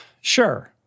Sure